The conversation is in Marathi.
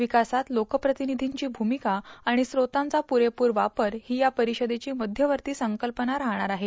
विकासात लोकप्रतिनिधींची भूमिका आणि स्त्रोतांचा पुरेपूर वापर ही या परिषदेची मध्यवर्ती संकल्पना राहणार आहे